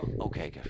Okay